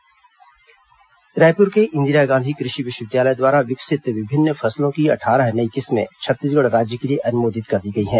कृषि विश्वविद्यालय नई किस्म रायपुर के इंदिरा गांधी कृषि विश्वविद्यालय द्वारा विकसित विभिन्न फसलों की अट्ठारह नई किस्में छत्तीसगढ़ राज्य के लिए अनुमोदित कर दी गई हैं